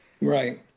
Right